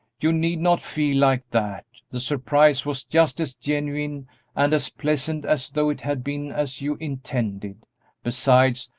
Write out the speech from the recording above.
you need not feel like that the surprise was just as genuine and as pleasant as though it had been as you intended besides,